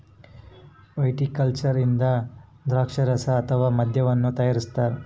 viticulture ಇಂದ ದ್ರಾಕ್ಷಾರಸ ಅಥವಾ ಮದ್ಯವನ್ನು ತಯಾರಿಸ್ತಾರ